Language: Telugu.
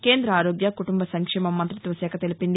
కేంద ఆరోగ్య కుటుంబ సంక్షేమ మంతిత్వ శాఖ తెలిపింది